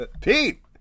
Pete